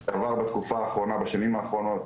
זה עבר בתקופה האחרונה, בשנים האחרונות,